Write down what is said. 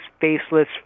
faceless